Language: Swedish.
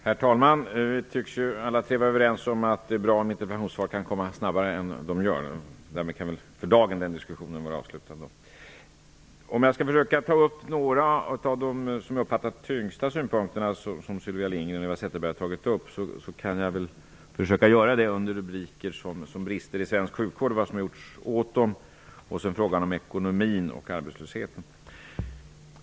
Herr talman! Vi alla tre tycks vara överens om att det är bra om interpellationssvaren kan komma snabbare än de gör. För dagen kan väl den diskussionen därmed vara avslutad. Låt mig ta upp några av de tyngsta synpunkter som Sylvia Lindgren och Eva Zetterberg tagit upp, som jag uppfattade det, nämligen om bristerna i svensk sjukvård och vad som gjorts åt bristerna samt om ekonomin och arbetslösheten.